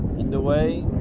on the way